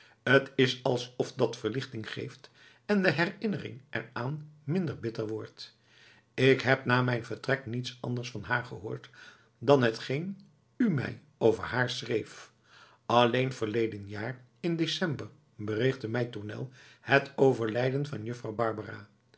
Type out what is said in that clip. t is alsof dat verlichting geeft en de herinnering er aan minder bitter wordt ik heb na mijn vertrek niets anders van haar gehoord dan hetgeen u mij over haar schreef alleen verleden jaar in december berichtte mij tournel het overlijden van juffrouw barbara